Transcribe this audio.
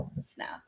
snap